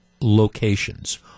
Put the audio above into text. locations